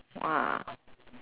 !wah!